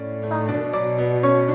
Bye